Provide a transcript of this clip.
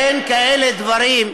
אין כאלה דברים,